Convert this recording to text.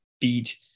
beat